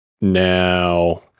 Now